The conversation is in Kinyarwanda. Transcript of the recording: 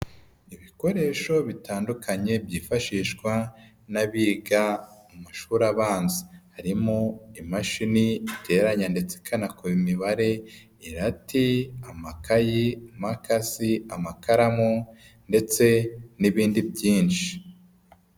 Ibikoresho bitandukanye byifashishwa n'abiga mu mashuri abanza. Harimo imashini iteranya ndetse ikanakora imibare, irati, amakayi, imakasi, amakaramu ndetse n'ibindi byinshi.